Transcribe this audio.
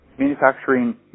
manufacturing